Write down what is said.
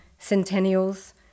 Centennials